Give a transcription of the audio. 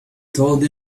told